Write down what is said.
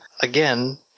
again